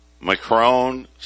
Macron